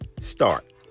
Start